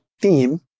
theme